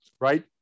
right